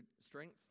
strength